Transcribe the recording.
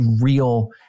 real